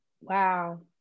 Wow